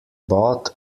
bought